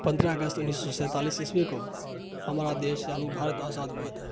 پندرہ اگست انیس سو سینتالیس عیسوی کو ہمارا دیس یعنی بھارت آزاد ہوا تھا